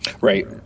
Right